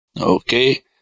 okay